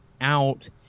out